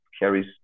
carries